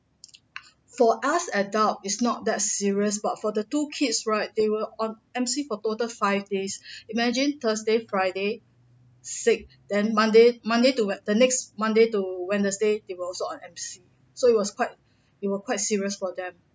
for us adult is not that serious but for the two kids right they were on M_C for total five days imagine thursday friday sick then monday monday to wed~ the next monday to wednesday they were also on M_C so it was quite it was quite serious for them